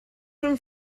from